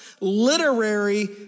literary